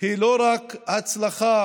היא לא רק הצלחה